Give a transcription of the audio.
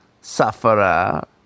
sufferer